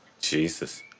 Jesus